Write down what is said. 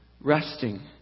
Resting